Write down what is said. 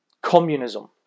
communism